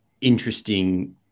interesting –